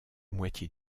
moitié